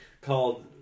called